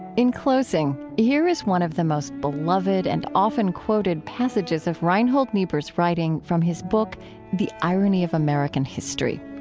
in closing, here is one of the most beloved and often-quoted passages of reinhold niebuhr's writing from his book the irony of american history.